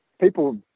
people